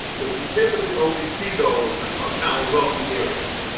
but, you typically only see those around wealthy areas.